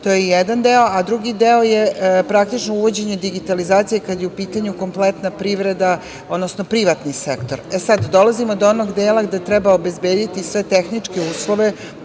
To je jedan deo. Drugi deo je praktično uvođenje digitalizacije kada je u pitanju kompletna privreda, odnosno privatni sektor. Sada, dolazimo do onog dela gde treba obezbediti sve tehničke uslove